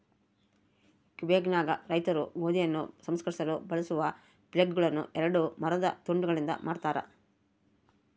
ಕ್ವಿಬೆಕ್ನಾಗ ರೈತರು ಗೋಧಿಯನ್ನು ಸಂಸ್ಕರಿಸಲು ಬಳಸುವ ಫ್ಲೇಲ್ಗಳುನ್ನ ಎರಡು ಮರದ ತುಂಡುಗಳಿಂದ ಮಾಡತಾರ